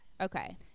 okay